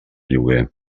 lloguer